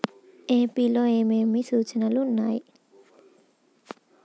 UPI లో ఏమేమి సూచనలు ఉన్నాయి?